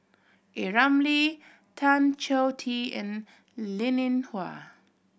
A Ramli Tan Choh Tee and Linn In Hua